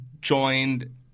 joined